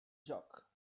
joc